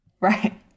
Right